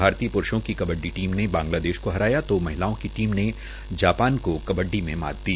भारतीय प्रूषों की कबड़डी टीम ने बांगलादेश को हराया तो महिलाओं की टीम ने जापान को कबङ्डी में मात दी